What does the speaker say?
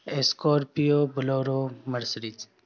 scorpio bolero Mercedes